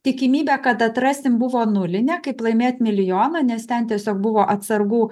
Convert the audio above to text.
tikimybė kad atrasim buvo nulinė kaip laimėt milijoną nes ten tiesiog buvo atsargų